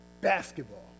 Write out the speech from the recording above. basketball